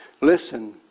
Listen